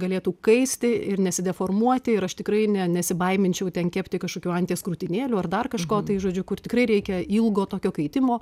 galėtų kaisti ir nesideformuoti ir aš tikrai ne nesibaiminčiau ten kepti kažkokių anties krūtinėlių ar dar kažko tai žodžiu kur tikrai reikia ilgo tokio kaitimo